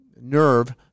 nerve